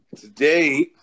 Today